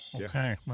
Okay